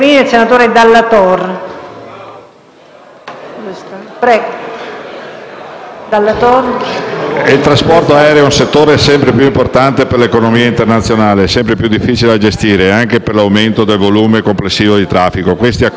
il trasporto aereo è un settore sempre più importante per l'economia internazionale e sempre più difficile da gestire, anche per l'aumento del volume complessivo di traffico. Questi Accordi devono essere visti positivamente